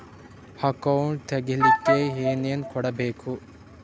Account ತೆಗಿಲಿಕ್ಕೆ ಏನೇನು ಕೊಡಬೇಕು?